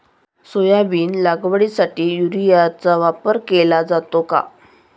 Soybean लागवडीसाठी युरियाचा वापर केला जातो का?